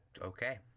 okay